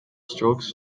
strokes